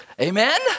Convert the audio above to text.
Amen